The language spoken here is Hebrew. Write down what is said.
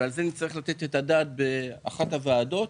ועל זה נצטרך לתת את הדעת באחת הוועדות.